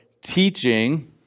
teaching